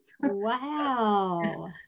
Wow